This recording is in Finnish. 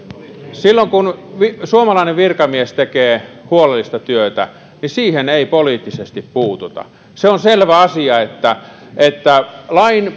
silloin kun suomalainen virkamies tekee huolellista työtä siihen ei poliittisesti puututa se on selvä asia että että lain